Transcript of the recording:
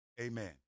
Amen